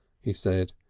he said.